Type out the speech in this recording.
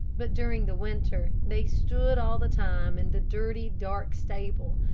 but during the winter they stood all the time in the dirty, dark stable,